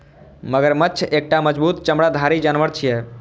मगरमच्छ एकटा मजबूत चमड़ाधारी जानवर छियै